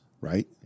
Right